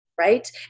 Right